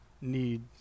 need